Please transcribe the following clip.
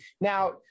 Now